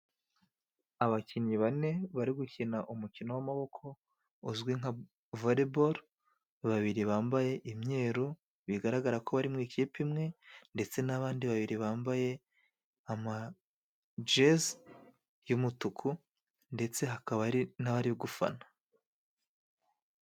Abakinnyi bane bari gukina umukino w'amaboko uzwi nka vole bolo. Babiri bambaye imyeru bigaragara ko bari mu ikipe imwe, ndetse n'abandi babiri bambaye amajezi y'umutuku, ndetse hakaba hari n'abari gufana.